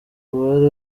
kubari